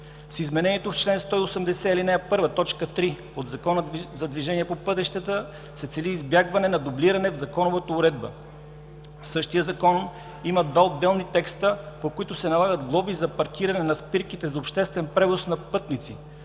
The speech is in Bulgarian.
С изменението в чл. 180, ал. 1, т. 3 от ЗДвП се цели избягване на дублиране в законовата уредба. В същия Закон има два отделни текста, по които се налагат глоби за паркиране на спирките за обществен превоз на пътници: